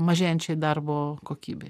mažėjančiai darbo kokybei